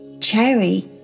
Cherry